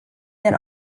than